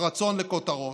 הרצון לכותרות,